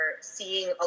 seeing